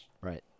Right